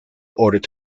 ordered